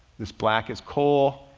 this black is coal,